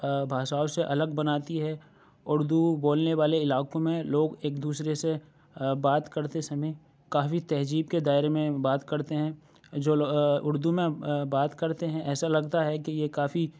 بھاشاؤں سے الگ بناتی ہے اردو بولنے والے علاقوں میں لوگ ایک دوسرے سے بات کرتے سمے کافی تہجیب کے دائرے میں بات کرتے ہیں جو لو اردو میں بات کرتے ہیں ایسا لگتا ہے کہ یہ کافی